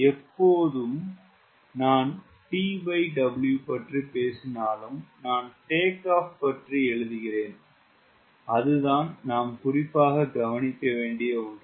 எப்பொழுது நான் TW பற்றி பேசினாலும் நான் டேக்ஆஃப் பற்றி எழுதுகிறேன் அதுதான் நாம் குறிப்பாக கவனிக்க வேண்டிய ஒன்று